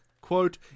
quote